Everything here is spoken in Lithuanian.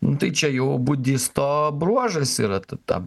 nu tai čia jau budisto bruožas yra t ta